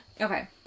Okay